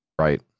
Right